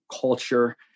culture